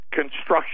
construction